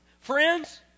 friends